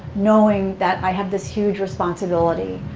knowing that i have this huge responsibility.